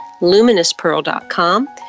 LuminousPearl.com